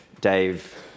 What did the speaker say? Dave